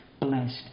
blessed